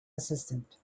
assistant